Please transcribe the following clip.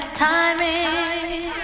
timing